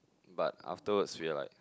but afterwards we are like